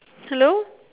hello